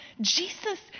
Jesus